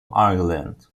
ireland